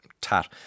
tat